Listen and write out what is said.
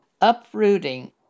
uprooting